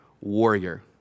warrior